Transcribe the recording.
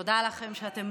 תודה לכם שאתם